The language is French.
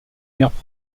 meilleur